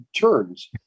turns